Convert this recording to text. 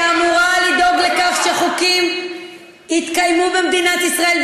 שאמורה לדאוג לכך שחוקים יתקיימו במדינת ישראל,